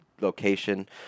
location